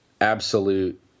absolute